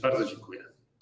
Bardzo dziękuję.